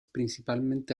principalmente